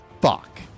fuck